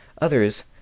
Others